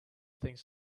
things